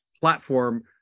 platform